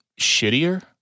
shittier